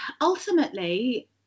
ultimately